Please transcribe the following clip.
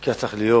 וכך צריך להיות.